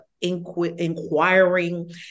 inquiring